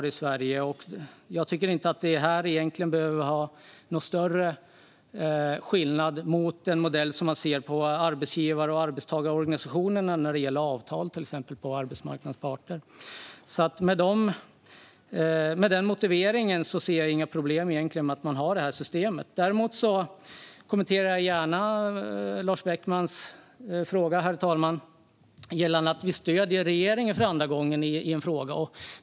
Det är ingen större skillnad mellan modellen vi har för avtal mellan arbetsgivare och arbetstagarorganisationer, det vill säga arbetsmarknadens parter, och denna modell. Utifrån denna motivering ser jag inga problem med detta system. Herr talman! Jag kommenterar gärna Lars Beckmans uttalande om att vi stöder regeringen för andra gången i en fråga.